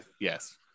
yes